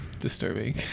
disturbing